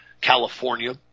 California